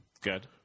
Good